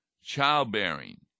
childbearing